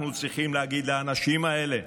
אנחנו צריכים להגיד לאנשים האלה,